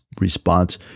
response